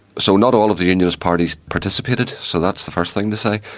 so not all of the unionist parties participated, so that's the first thing to say.